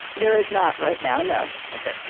there is not right now, no. okay,